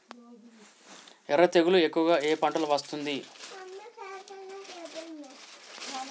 ఎర్ర తెగులు ఎక్కువగా ఏ పంటలో వస్తుంది?